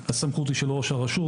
הסמכות היא של ראש הרשות,